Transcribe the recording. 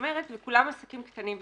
וכולם עסקים קטנים וזעירים.